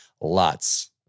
lots